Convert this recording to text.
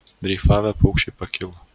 dreifavę paukščiai pakilo